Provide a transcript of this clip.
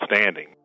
standing